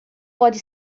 pode